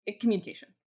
Communication